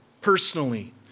personally